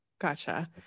Gotcha